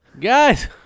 Guys